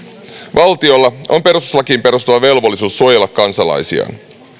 valtiolla on perustuslakiin perustuva velvollisuus suojella kansalaisiaan